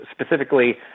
Specifically